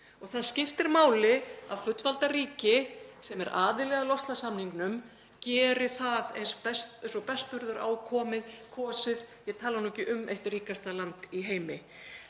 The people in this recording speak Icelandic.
og það skiptir máli að fullvalda ríki sem er aðili að loftslagssamningnum geri það eins og best verður á kosið, ég tala nú ekki um eitt ríkasta land í heimi.